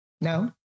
No